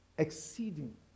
exceeding